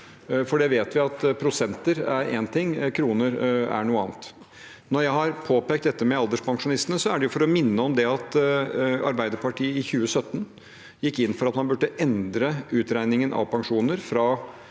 Vi vet at prosenter er én ting, og at kroner er noe annet. Når jeg har påpekt dette med alderspensjonistene, er det for å minne om at Arbeiderpartiet i 2017 gikk inn for å endre utregningen av pensjoner, fra